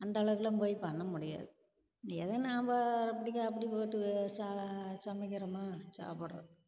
அந்தளவுக்குலாம் போய் பண்ண முடியாது ஏதோ நாம் அப்படிக்கா அப்படி போட்டு சா சமைக்கிறோமா சாப்பிட்றோம்